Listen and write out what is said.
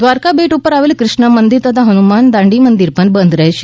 દ્વારકા બેટ ઉપર આવેલું ક્રુષ્ણ મંદિર તથા હનુમાન દાંડી મંદિર પણ બંધ રહેશે